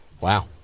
Wow